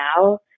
now